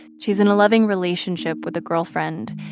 she's in a loving relationship with a girlfriend.